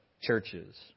churches